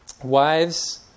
Wives